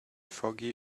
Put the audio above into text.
foggy